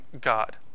God